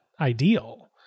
ideal